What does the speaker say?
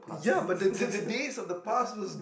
past